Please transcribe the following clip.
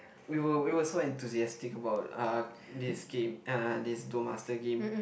we were we were so enthusiastic about uh this game uh this Duel-Master game